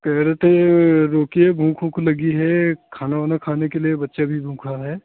कह रहे थे रोकिये भूख ऊख लगी है खाना वाना खाने के लिए बच्चे भी भूखा है